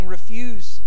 Refuse